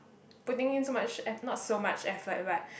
putting in so much eff~ not so much effort but